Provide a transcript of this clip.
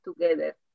together